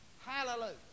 Hallelujah